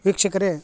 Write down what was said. ವೀಕ್ಷಕರೇ